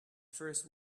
first